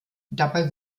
dabei